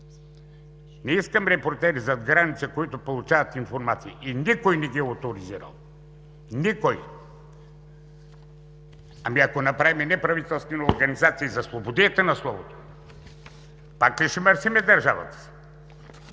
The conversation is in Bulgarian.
Не искам „Репортери зад граници“, които получават информации и никой не ги е оторизирал, никой. Ами, ако направим неправителствена организация за слободията на словото, пак ли ще мърсим държавата?